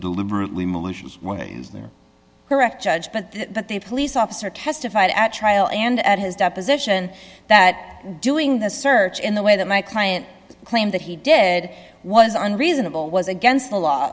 deliberately malicious ways they're correct judge but that the police officer testified at trial and at his deposition that doing the search in the way that my client claimed that he did was on reasonable was against the law